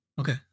okay